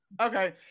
Okay